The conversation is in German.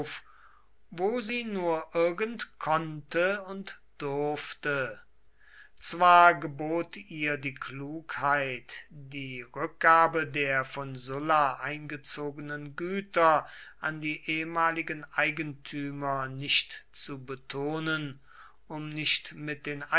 wo sie nur irgend konnte und durfte zwar gebot ihr die klugheit die rückgabe der von sulla eingezogenen güter an die ehemaligen eigentümer nicht zu betonen um nicht mit den